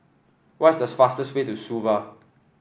what is the fastest way to Suva